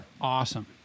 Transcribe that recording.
Awesome